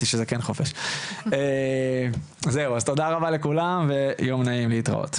תודה רבה לכולם, יום נעים, להתראות.